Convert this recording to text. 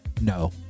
no